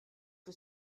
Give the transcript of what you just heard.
que